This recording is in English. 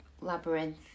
labyrinth